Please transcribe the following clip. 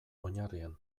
oinarrian